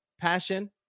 passion